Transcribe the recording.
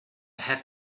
have